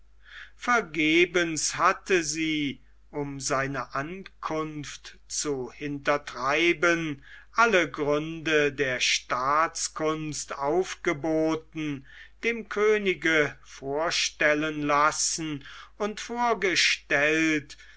vergebens hatte sie um seine ankunft zu hintertreiben alle gründe der staatskunst aufgeboten dem könige vorstellen lassen und vorgestellt